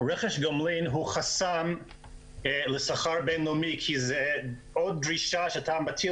רכש גומלין הוא חסם לסחר בין-לאומי כי זה עוד דרישה שאתה מטיל